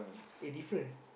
eh different eh